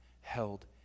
held